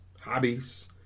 hobbies